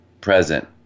present